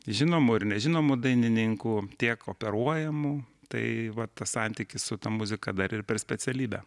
žinomų ir nežinomų dainininkų tiek operuojamų tai vat tas santykis su ta muzika dar ir per specialybę